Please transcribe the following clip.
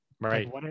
Right